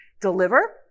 deliver